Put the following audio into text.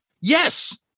Yes